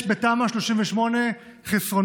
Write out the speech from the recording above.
יש בתמ"א 38 חסרונות,